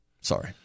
Sorry